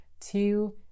two